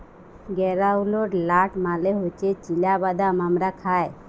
গেরাউলড লাট মালে হছে চিলা বাদাম আমরা খায়